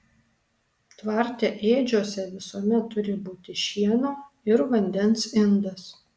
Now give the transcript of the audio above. tvarte ėdžiose visuomet turi būti šieno ir vandens indas